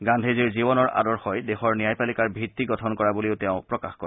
গান্ধীজীৰ জীৱনৰ আদৰ্শই দেশৰ ন্যায়পালিকাৰ ভিত্তি গঠন কৰা বুলিও তেওঁ প্ৰকাশ কৰে